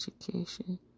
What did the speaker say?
education